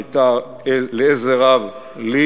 שהייתה לעזר רב לי,